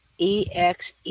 EXE